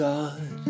God